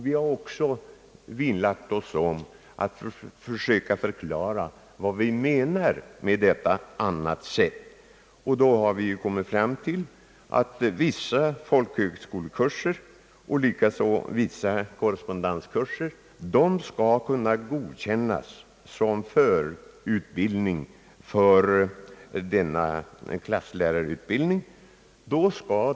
Vi har också vinnlagt oss om att försöka förklara vad vi menar med uttrycket »på annat sätt». Vi har ansett att vissa folkhögskolekurser och likaså vissa korrespondenskurser skall kunna godkännas som förutbildning för - klasslärarutbildningen.